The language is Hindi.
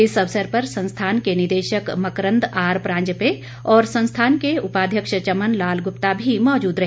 इस अवसर पर संस्थान के निदेशक मकरंद आर परांजपे और संस्थान के उपाध्यक्ष चमन लाल गुप्ता भी मौजूद रहे